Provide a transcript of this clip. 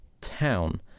town